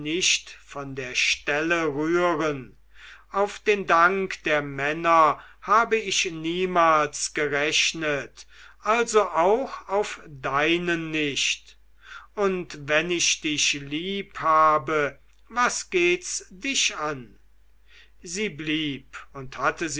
von der stelle rühren auf den dank der männer habe ich niemals gerechnet also auch auf deinen nicht und wenn ich dich lieb habe was geht's dich an sie blieb und hatte